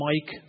Mike